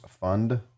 fund